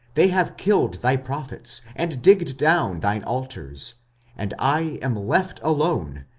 they have killed thy prophets, and digged down thine altars and i am left alone,